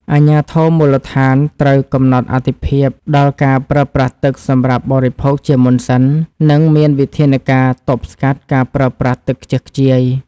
អាជ្ញាធរមូលដ្ឋានត្រូវកំណត់អាទិភាពដល់ការប្រើប្រាស់ទឹកសម្រាប់បរិភោគជាមុនសិន និងមានវិធានការទប់ស្កាត់ការប្រើប្រាស់ទឹកខ្ជះខ្ជាយ។